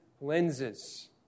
lenses